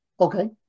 Okay